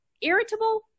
Irritable